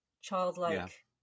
childlike